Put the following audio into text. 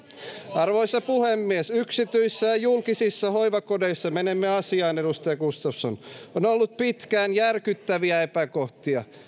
arvoisa puhemies yksityisissä ja julkisissa hoivakodeissa menemme asiaan edustaja gustafsson on ollut pitkään järkyttäviä epäkohtia